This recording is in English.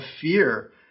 fear